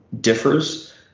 differs